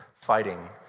fighting